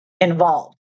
involved